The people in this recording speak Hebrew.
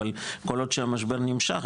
אבל כל עוד המשבר נמשך,